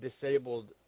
disabled